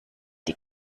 die